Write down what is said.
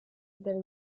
del